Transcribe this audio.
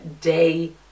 day